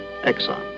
Exxon